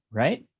right